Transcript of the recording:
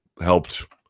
helped